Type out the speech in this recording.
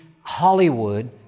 Hollywood